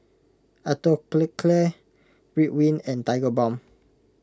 Atopiclair Ridwind and Tigerbalm